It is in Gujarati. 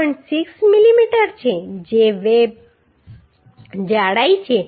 6 mm છે જે વેબ જાડાઈ છે